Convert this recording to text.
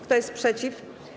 Kto jest przeciw?